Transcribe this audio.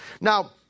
Now